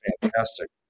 fantastic